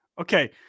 Okay